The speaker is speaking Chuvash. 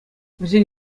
вӗсен